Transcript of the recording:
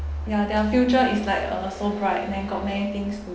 ya their future is like uh so bright then got many things to